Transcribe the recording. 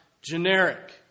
generic